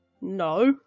No